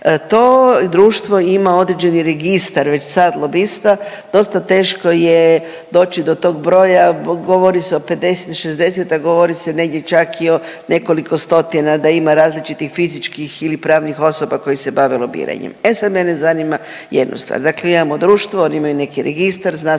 To društvo ima određeni registar, već sad lobista. Dosta teško je doći do tog broja, govori se o 50, 60, a govori se negdje čak i o nekoliko stotina da ima različitih fizičkih ili pravnih osoba koji se bave lobiranjem. E sad mene zanima jedna stvar. Dakle imamo društvo, oni imaju neki registar, zna se